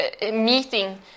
meeting